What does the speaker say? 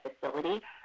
facility